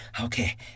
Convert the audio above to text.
okay